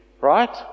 Right